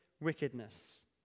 wickedness